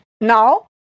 Now